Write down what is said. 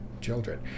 children